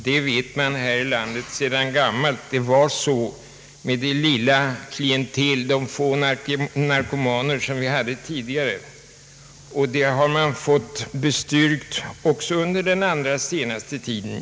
Det vet man sedan gammalt när det gällde de få narkomaner vi hade tidigare, och det har också bestyrkts under den allra senaste tiden.